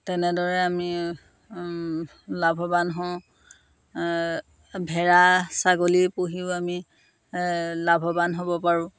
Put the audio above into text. তেনেদৰে আমি লাভৱান হওঁ ভেড়া ছাগলী পুহিও আমি লাভৱান হ'ব পাৰোঁ